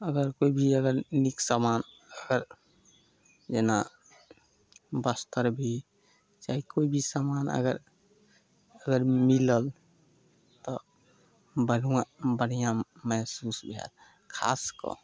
अगर कोइ भी अगर नीक सामान अगर जेना बस्तर भी चाहे कोइ भी सामान अगर अगर मिलल तऽ ब बढ़ियाँ महसूस भेल खास कऽ